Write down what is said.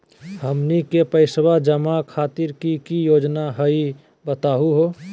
हमनी के पैसवा जमा खातीर की की योजना हई बतहु हो?